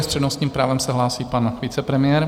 S přednostním právem se hlásí pan vicepremiér.